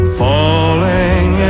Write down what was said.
falling